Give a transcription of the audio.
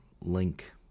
Link